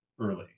early